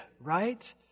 right